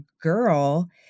girl